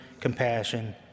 compassion